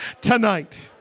tonight